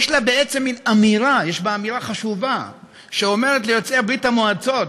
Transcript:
יש בה בעצם אמירה חשובה שאומרת ליוצאי ברית המועצות: